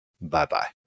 Bye-bye